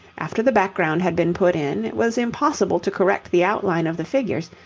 after the background had been put in, it was impossible to correct the outline of the figures,